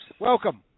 welcome